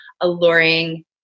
alluring